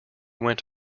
went